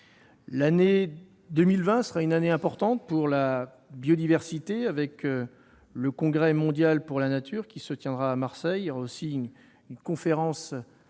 L'année 2020 sera une année importante pour la biodiversité, puisque le Congrès mondial de la nature se tiendra à Marseille. Par ailleurs, une conférence